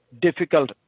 difficult